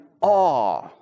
awe